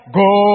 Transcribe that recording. go